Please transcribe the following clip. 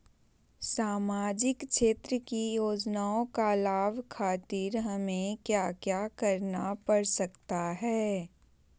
सामाजिक क्षेत्र की योजनाओं का लाभ खातिर हमें क्या क्या करना पड़ सकता है?